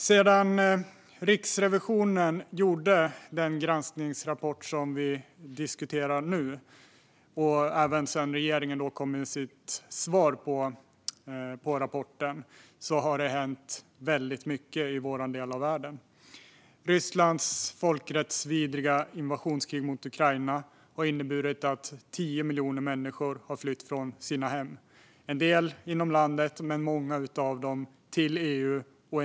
Sedan Riksrevisionen gjorde den granskningsrapport som vi nu diskuterar och även sedan regeringen kom med sitt svar på rapporten har det hänt väldigt mycket i vår del av världen. Rysslands folkrättsvidriga invasionskrig mot Ukraina har inneburit att 10 miljoner människor har flytt från sina hem. En del har flytt inom landet, men många av dem har flytt till EU.